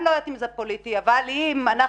אני לא יודעת אם זה פוליטי אבל אם אנחנו